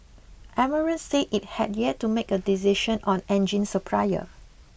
Emirates said it had yet to make a decision on engine supplier